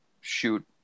shoot